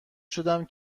شدم